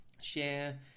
share